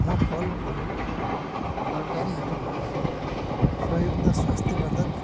म फलफुल तरकारीहरूमा सबैभन्दा स्वास्थ्यवर्द्ध